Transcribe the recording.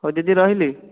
ହଉ ଦିଦି ରହିଲି